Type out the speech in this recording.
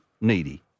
Needy